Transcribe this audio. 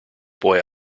boy